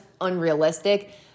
unrealistic